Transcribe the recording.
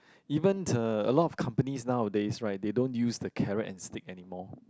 even the a lot of companies nowadays right they don't use the carrot and spinach anymore